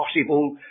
possible